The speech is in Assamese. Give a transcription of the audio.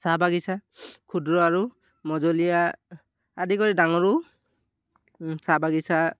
চাহ বাগিচা ক্ষুদ্ৰ আৰু মজলীয়া আদি কৰি ডাঙৰো চাহ বাগিচা